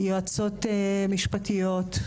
יועצות משפטיות.